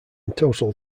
total